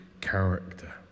character